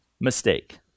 Mistake